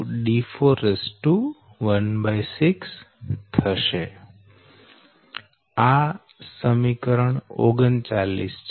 16 થશે આ સમીકરણ 39 છે